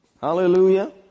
Hallelujah